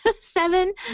Seven